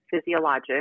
physiologic